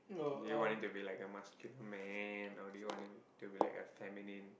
do you want him to be like a muscular man or do you want him to be like a feminine